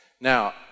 Now